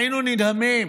היינו נדהמים,